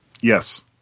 Yes